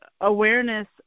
awareness